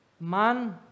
Man